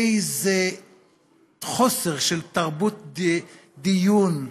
איזה חוסר תרבות דיון,